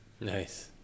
Nice